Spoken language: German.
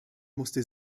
musste